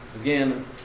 again